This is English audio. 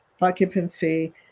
occupancy